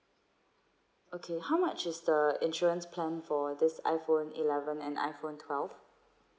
okay how much is the insurance plan for this iPhone eleven and iPhone twelve